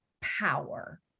power